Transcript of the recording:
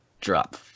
drop